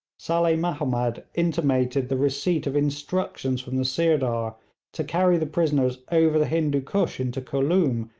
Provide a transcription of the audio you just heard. saleh mahomed intimated the receipt of instructions from the sirdar to carry the prisoners over the hindoo koosh into khooloom,